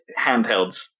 handhelds